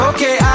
Okay